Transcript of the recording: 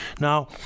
Now